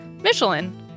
Michelin